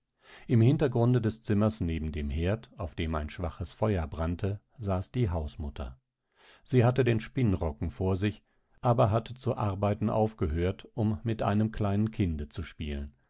im hintergrunde des zimmers neben dem herd auf dem ein schwaches feuer brannte saß die hausmutter sie hatte den spinnrocken vor sich aber hatte zu arbeiten aufgehört um mit einem kleinen kinde zu spielen